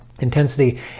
Intensity